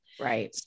Right